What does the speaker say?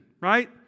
right